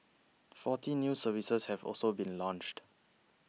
forty new services have also been launched